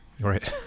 Right